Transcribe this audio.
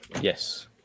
Yes